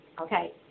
okay